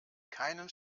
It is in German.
keinen